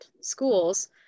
schools